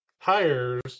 tires